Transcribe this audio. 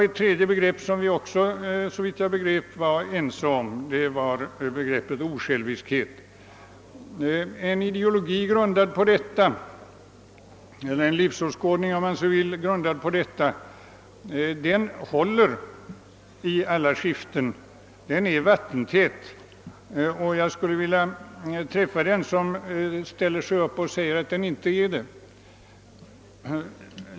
Ett tredje begrepp som vi också, såvitt jag begrep, var ense om var begreppet osjälviskhet. En ideologi eller, om man så vill, en livsåskådning, grundad på bl.a. dessa tre begrepp, håller i alla skiften. Den är vattentät, och jag skulle vilja träffa den som ställer sig upp och säger att den inte är det.